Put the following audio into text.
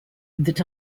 that